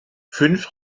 fünf